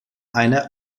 eine